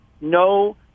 No